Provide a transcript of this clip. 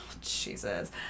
Jesus